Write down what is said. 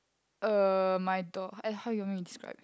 uh my door eh how you want me to describe